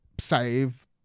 save